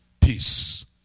Peace